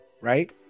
right